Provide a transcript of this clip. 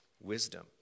wisdom